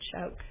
choke